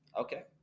Okay